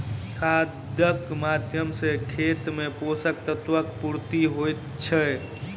खादक माध्यम सॅ खेत मे पोषक तत्वक पूर्ति होइत छै